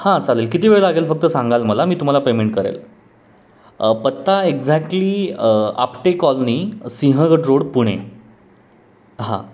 हां चालेल किती वेळ लागेल फक्त सांगाल मला मी तुम्हाला पेमेंट करेल पत्ता exactly Apte colony Sinhagad road Pune हां